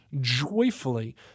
joyfully